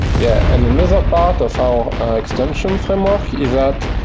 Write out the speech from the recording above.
yeah and another part of our extension framework is that